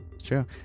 True